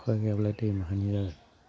अखा गैयाब्ला दै माहानि